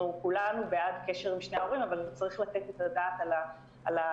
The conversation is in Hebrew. אנחנו כולנו בעד קשר עם שני ההורים אבל צריך לתת את הדעת על ההיערכות.